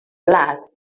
blat